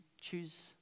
choose